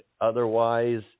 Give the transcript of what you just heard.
otherwise